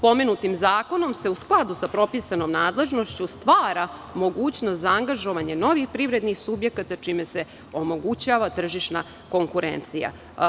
Pomenutim zakonom se u skladu sa propisanom nadležnošću stvara mogućnost za angažovanje novih privrednih subjekata, čime se omogućava tržišna konkurencija.